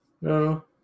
No